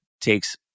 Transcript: takes